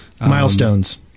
Milestones